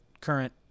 current